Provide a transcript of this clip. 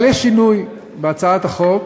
אבל יש שינוי בהצעת החוק,